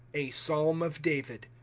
a psalm of david.